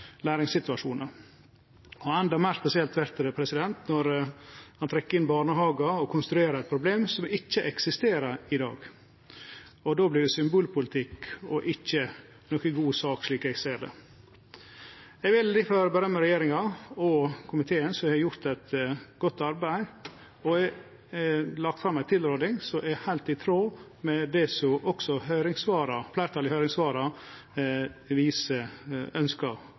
læringssituasjonar. Endå meir spesielt vert det når ein trekkjer inn barnehagar og konstruerer eit problem som ikkje eksisterer i dag. Då vert det symbolpolitikk og ikkje ei god sak, slik eg ser det. Eg vil difor rose regjeringa og komiteen, som har gjort eit godt arbeid og lagt fram ei tilråding som er heilt i tråd med det som fleirtalet av høyringssvara